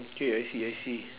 K I see I see